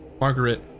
Margaret